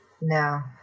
No